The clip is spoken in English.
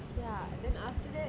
ya then after that